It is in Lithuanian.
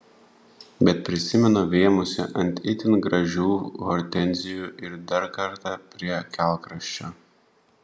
bet prisimenu vėmusi ant itin gražių hortenzijų ir dar kartą prie kelkraščio